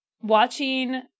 watching